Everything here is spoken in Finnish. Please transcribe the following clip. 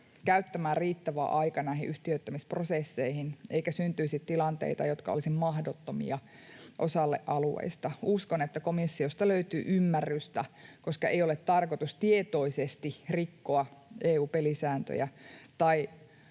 käyttämään riittävä aika näihin yhtiöittämisprosesseihin, eikä syntyisi tilanteita, jotka olisivat mahdottomia osalle alueista. Uskon, että komissiosta löytyy ymmärrystä, koska ei ole tarkoitus tietoisesti rikkoa EU-pelisääntöjä tai